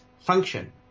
function